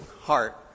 heart